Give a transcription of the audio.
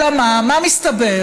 אלא מה, מה מסתבר?